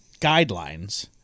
guidelines